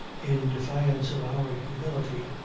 in defiance of our humility,